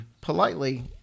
politely